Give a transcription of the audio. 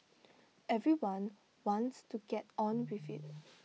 everyone wants to get on with IT